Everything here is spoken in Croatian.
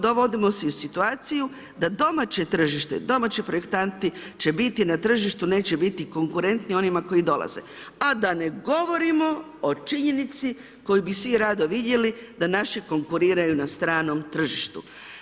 Dovodimo se u situaciju da domaće tržište, domaći projektanti će biti na tržištu, neće biti konkurenti onima koji dolaze, a da ne govorimo o činjenice koju bi svi rado vidjeli da naši konkuriraju na stranom tržištu.